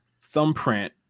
thumbprint